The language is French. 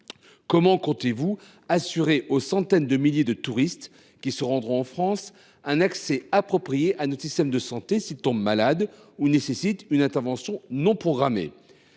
Comment comptez vous assurer aux centaines de milliers de touristes qui se rendront en France un accès approprié à notre système de santé s’ils tombent malades ou s’ils ont besoin d’une intervention non programmée ?